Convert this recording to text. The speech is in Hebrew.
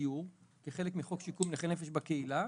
דיור כחלק מחוק שיקום נכי נפש בקהילה,